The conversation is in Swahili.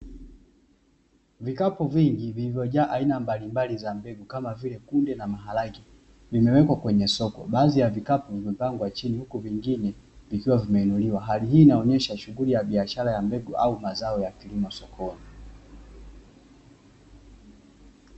Vikapu vingi vilivyojaa aina mbalimbali za mbegu kama vile kunde na maharage, vimewekwa kwenye soko baadhi ya vikapu vimepangwa chini huku vingine vikiwa vimeinuliwa. Hali hii inaonesha shughuli ya biashara ya mbegu au mazao ya kilimo sokoni.